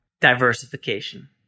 Diversification